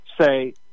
say